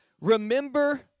remember